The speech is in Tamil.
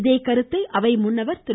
இதே கருத்தை அவை முன்னவர் திரு